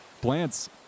Plants